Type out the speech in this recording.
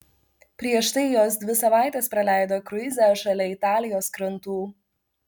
prieš tai jos dvi savaites praleido kruize šalia italijos krantų